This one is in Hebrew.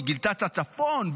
היא גילתה את הצפון,